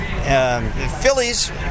Phillies